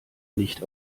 nicht